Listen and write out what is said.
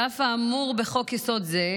(ד1) על אף האמור בחוק-יסוד זה,